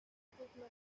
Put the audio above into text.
importante